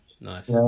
Nice